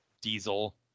Diesel